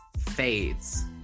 fades